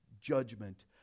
judgment